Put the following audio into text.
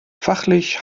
fachlich